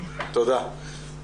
תודה.